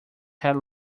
had